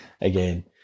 again